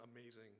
amazing